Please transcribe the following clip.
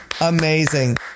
amazing